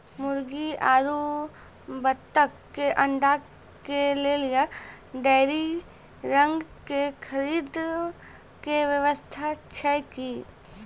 मुर्गी आरु बत्तक के अंडा के लेली डेयरी रंग के खरीद के व्यवस्था छै कि?